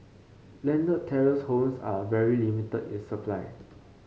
landed terrace homes are very limited in supply